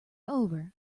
over